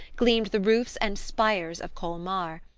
gleamed the roofs and spires of colmar,